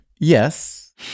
Yes